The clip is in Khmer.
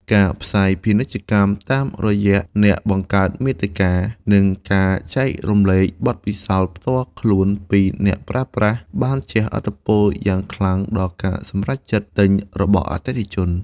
ការផ្សាយពាណិជ្ជកម្មតាមរយះអ្នកបង្កើតមាតិការ និងការចែករំលែកបទពិសោធន៍ផ្ទាល់ខ្លួនពីអ្នកប្រើប្រាស់ បានជះឥទ្ធិពលយ៉ាងខ្លាំងដល់ការសម្រេចចិត្តទិញរបស់អតិថិជន។